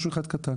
משהו אחד קטן.